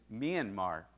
Myanmar